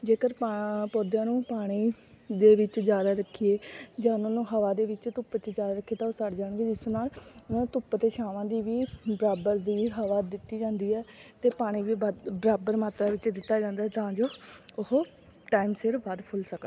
ਜੇਕਰ ਪਾ ਪੌਦਿਆਂ ਨੂੰ ਪਾਣੀ ਦੇ ਵਿੱਚ ਜ਼ਿਆਦਾ ਰੱਖੀਏ ਜਾਂ ਉਹਨਾਂ ਨੂੰ ਹਵਾ ਦੇ ਵਿੱਚ ਧੁੱਪ 'ਚ ਜ਼ਿਆਦਾ ਰੱਖੀਏ ਤਾਂ ਉਹ ਸੜ ਜਾਣਗੇ ਜਿਸ ਨਾਲ ਉਹਨਾਂ ਧੁੱਪ ਅਤੇ ਛਾਵਾਂ ਦੀ ਵੀ ਬਰਾਬਰ ਦੀ ਹਵਾ ਦਿੱਤੀ ਜਾਂਦੀ ਹੈ ਅਤੇ ਪਾਣੀ ਵੀ ਬਾ ਬਰਾਬਰ ਮਾਤਰਾ ਵਿੱਚ ਦਿੱਤਾ ਜਾਂਦਾ ਤਾਂ ਜੋ ਉਹ ਟਾਈਮ ਸਿਰ ਵੱਧ ਫੁੱਲ ਸਕਣ